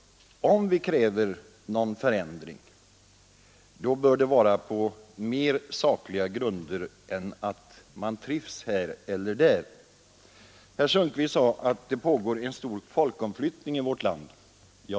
Om vi kräver en förändring bör den vila på mer sakliga grunder än att man trivs bättre här eller där. Herr Sundkvist sade att det pågår en stor folkomflyttning i vårt land.